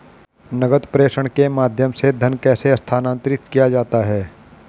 नकद प्रेषण के माध्यम से धन कैसे स्थानांतरित किया जाता है?